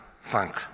thank